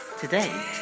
Today